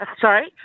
Sorry